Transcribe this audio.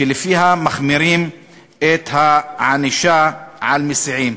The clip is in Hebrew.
שלפיה מחמירים את הענישה למסיעים.